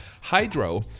Hydro